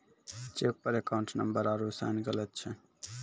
cheque पर account number आरू sign गलत छौ